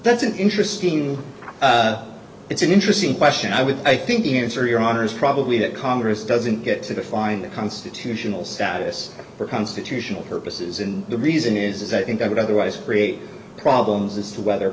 that's an interesting it's an interesting question i would i think the answer your honor's probably that congress doesn't get to define the constitutional status for constitutional purposes and the reason is that i think i would otherwise create problems as to whether